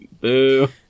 Boo